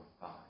five